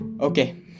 okay